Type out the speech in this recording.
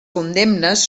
condemnes